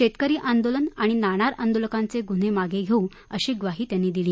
शेतकरी आंदोलन आणि नाणार आंदोलकांचे गुन्हे मागे घेऊ अशी ग्वाही दिली